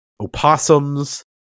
Opossums